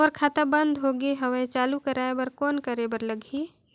मोर खाता बंद हो गे हवय चालू कराय बर कौन करे बर लगही?